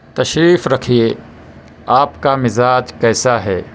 تشریف رکھیے آپ کا مزاج کیسا ہے